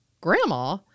Grandma